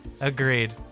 Agreed